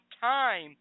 time